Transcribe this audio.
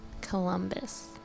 columbus